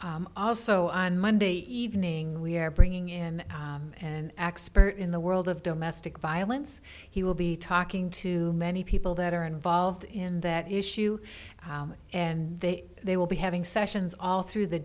that also on monday evening we're bringing in an expert in the world of domestic violence he will be talking to many people that are involved in that issue and they will be having sessions all through the